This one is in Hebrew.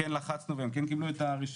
כן לחצנו והם כן קיבלו את הרישיון.